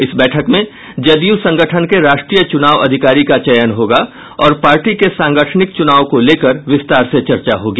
इस बैठक में जदयू संगठन के राष्ट्रीय चुनाव अधिकारी का चयन होगा और पार्टी के सांगठनिक चुनाव को लेकर विस्तार से चर्चा होगी